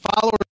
followers